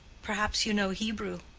perhaps you know hebrew?